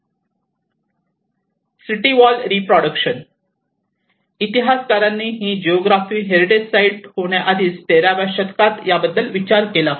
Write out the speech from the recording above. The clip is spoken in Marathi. सिटी वॉल रिप्रोडक्शन इतिहासकारांनी ही जिओग्राफी हेरिटेज साईट होण्याआधीच तेराव्या शतकात याबद्दल विचार केला होता